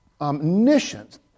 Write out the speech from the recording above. omniscience